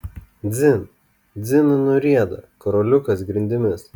dzin dzin nurieda karoliukas grindimis